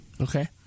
Okay